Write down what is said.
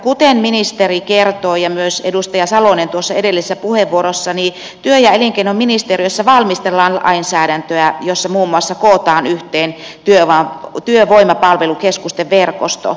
kuten ministeri kertoi ja myös edustaja salonen tuossa edellisessä puheenvuorossa niin työ ja elinkeinoministeriössä valmistellaan lainsäädäntöä jossa muun muassa kootaan yhteen työvoimapalvelukeskusten verkosto